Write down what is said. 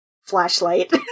flashlight